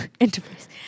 Enterprise